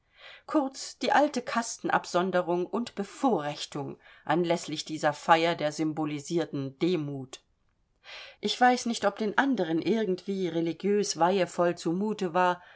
kurz die alte kastenabsonderung und bevorrechtung anläßlich dieser feier der symbolisierten demut ich weiß nicht ob den anderen irgendwie religiösweihevoll zu mute war